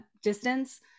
distance